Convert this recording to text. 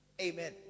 Amen